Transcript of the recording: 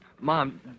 Mom